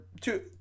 two